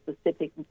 specific